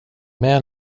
med